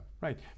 Right